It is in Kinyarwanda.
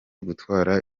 gutwara